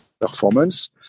performance